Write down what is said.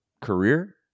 career